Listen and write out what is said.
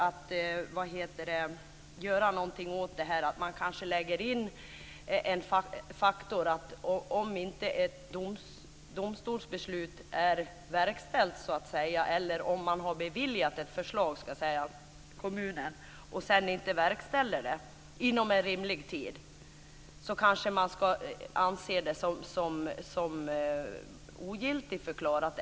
Om ett domstolsbeslut inte är verkställt eller om kommunen har beviljat en ansökan och sedan inte uppfyller den inom en rimlig tid ska man kanske anse det som ogiltigt.